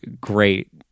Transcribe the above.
great